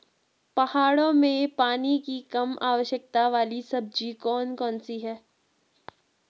पहाड़ों में पानी की कम आवश्यकता वाली सब्जी कौन कौन सी हैं?